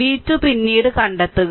v2 പിന്നീട് കണ്ടെത്തുക